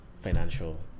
financial